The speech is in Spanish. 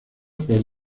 por